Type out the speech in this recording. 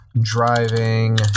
driving